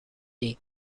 day